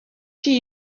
tea